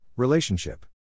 Relationship